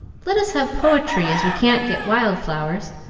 let us have poetry, as we can't get wild flowers.